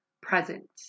present